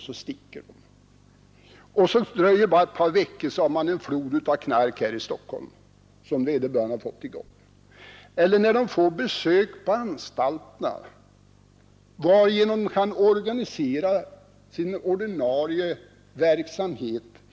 Då sticker de i väg! Sedan dröjer det bara ett par veckor och man har en flod av knark här i Stockholm som vederbörande satt i gång. De får vidare besök på anstalterna varigenom de kan organisera sin ordinarie verksamhet.